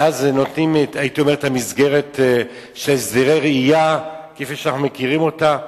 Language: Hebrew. ואז נותנים את המסגרת של הסדרי ראייה כפי שאנחנו מכירים אותה.